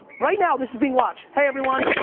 right now this is being watched. hey everyone.